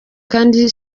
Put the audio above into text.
kandi